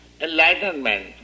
enlightenment